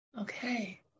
Okay